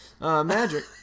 Magic